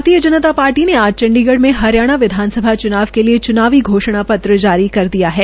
भारतीय जनता पार्टी ने आज चंडीगढ़ में हरियाणा विधानसभा च्नाव के लिए च्नावी घोषणा पत्र जारी कर दिया है